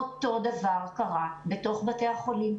אותו דבר קרה בתוך בתי החולים.